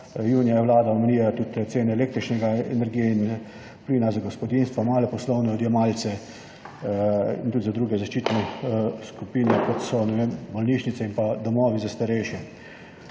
Junija je vlada omejila tudi te cene električne energije in plina za gospodinjstva, male poslovne odjemalce in tudi za druge zaščitene skupine, kot so bolnišnice in domovi za starejše.